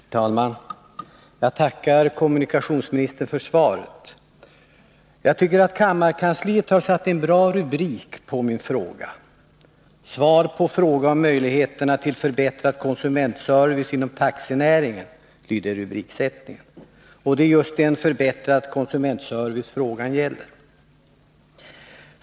Herr talman! Jag tackar kommunikationsministern för svaret. Jag tycker att kammarkansliet har satt en bra rubrik på min fråga. ”Svar på fråga om möjligheterna till förbättrad konsumentservice inom taxinäringen”, lyder rubriken. Och det är just en förbättrad konsumentservice frågan gäller.